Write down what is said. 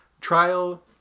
trial